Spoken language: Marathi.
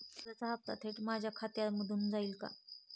कर्जाचा हप्ता थेट माझ्या खात्यामधून जाईल का?